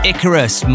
Icarus